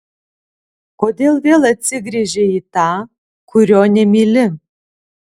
kodėl vėl atsigręžei į tą kurio nemyli